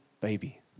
baby